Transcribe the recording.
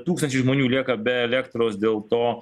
tūkstančiai žmonių lieka be elektros dėl to